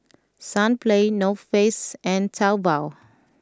Sunplay North Face and Taobao